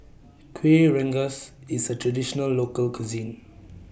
Kueh Rengas IS A Traditional Local Cuisine